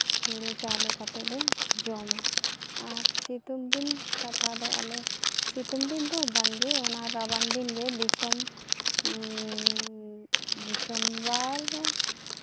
ᱦᱩᱲᱩ ᱪᱟᱣᱞᱮ ᱠᱟᱛᱮᱫ ᱞᱮ ᱡᱚᱢᱟ ᱟᱨ ᱥᱤᱛᱩᱝ ᱫᱤᱱ ᱠᱟᱛᱷᱟ ᱫᱚ ᱟᱞᱮ ᱥᱤᱛᱩᱝ ᱫᱤᱱ ᱫᱚ ᱵᱟᱝᱜᱮ ᱚᱱᱟ ᱨᱟᱵᱟᱝ ᱫᱤᱱᱜᱮ ᱫᱤᱥᱚᱢ ᱰᱤᱥᱮᱢᱵᱚᱨ